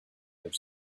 their